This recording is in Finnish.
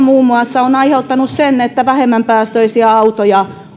muun muassa romutuspalkkio on aiheuttanut sen että on romutettu vähemmän päästöisiä autoja